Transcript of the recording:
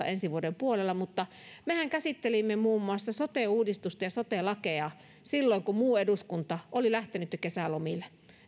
ensi vuoden puolella mutta mehän käsittelimme muun muassa sote uudistusta ja sote lakeja silloin kun muu eduskunta oli lähtenyt jo kesälomille